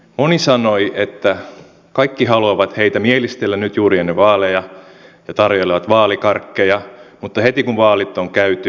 moni sanoi että kaikki haluavat heitä mielistellä nyt juuri ennen vaaleja ja tarjoilevat vaalikarkkeja mutta heti kun vaalit on käyty heidät unohdetaan